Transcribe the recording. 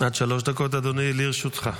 עד שלוש דקות, אדוני, לרשותך.